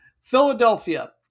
Philadelphia